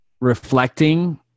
reflecting